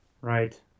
Right